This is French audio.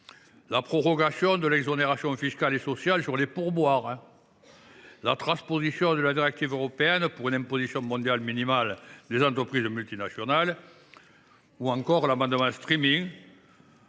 la prorogation de l’exonération fiscale et sociale sur les pourboires, la transposition de la directive européenne pour une imposition mondiale minimale des entreprises multinationales, ou encore l’amendement visant